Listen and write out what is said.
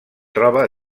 troba